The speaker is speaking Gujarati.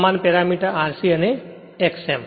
સમાન parameter R c and X m